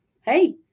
hey